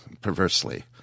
perversely